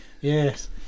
Yes